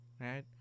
right